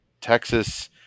Texas –